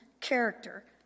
character